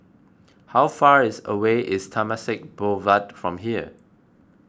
how far is away is Temasek Boulevard from here